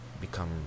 become